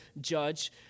judge